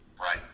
Right